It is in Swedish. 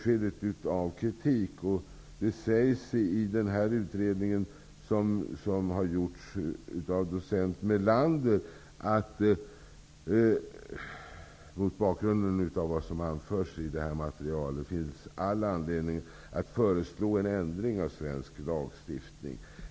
Kritiken är stor. I den uredning som har utförts av docent Melander sägs det: mot bakgrund av vad som anförs i det här materialet finns all anledning att föreslå en ändring av svensk lagstiftning.